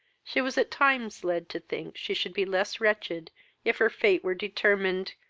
she was at times led to think she should be less wretched if her fate were determined,